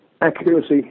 accuracy